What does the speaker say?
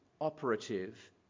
operative